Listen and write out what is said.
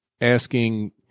asking